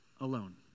alone